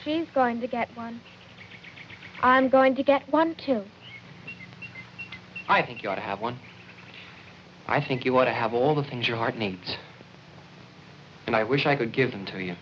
she's going to get one i'm going to get one too i think you ought to have one for i think you want to have all the things your heart needs and i wish i could give them to y